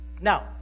Now